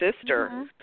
sister